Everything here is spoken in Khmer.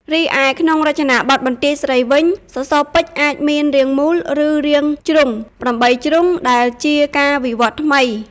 រីឯក្នុងរចនាបថបន្ទាយស្រីវិញ សសរពេជ្រអាចមាន រាងមូល ឬរាងជ្រុង (៨ ជ្រុង) ដែលជាការវិវត្តន៍ថ្មី។